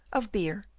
of beer,